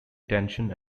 tension